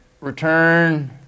return